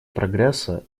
прогресса